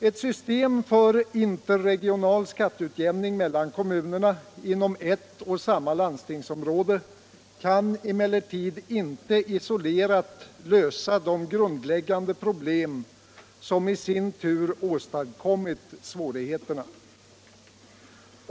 Ett system för interregional skatteutjämning mellan kommuner inom ett och samma landstingsområde kan emellertid inte isolerat lösa de grundläggande problem som i sin tur åstadkommit svårigheterna.